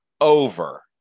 over